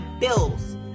bills